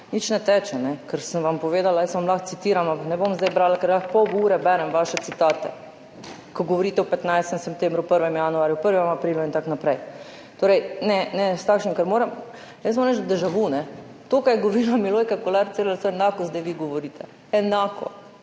Nič ne teče. Ker sem vam povedala, jaz vam lahko citiram, ne bom zdaj brala, ker lahko pol ure berem vaše citate, ko govorite o 15. septembru, 1. januarju, 1. aprilu in tako naprej. Torej ne s takšnimi. Moram reči déjŕ vu. To, kar je govorila Milojka Kolar Celarc, enako zdaj vi govorite. Enako.